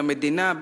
למדינה,